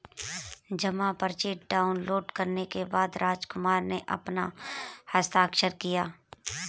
जमा पर्ची डाउनलोड करने के बाद रामकुमार ने अपना हस्ताक्षर किया